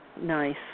nice